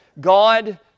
God